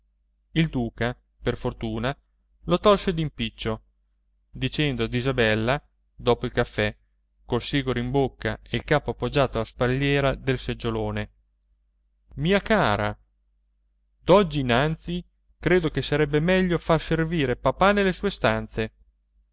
il duca per fortuna lo tolse d'impiccio dicendo ad isabella dopo il caffè col sigaro in bocca e il capo appoggiato alla spalliera del seggiolone mia cara d'oggi innanzi credo che sarebbe meglio far servire papà nelle sue stanze